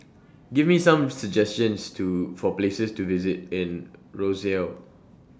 Give Me Some suggestions For Places to visit in Roseau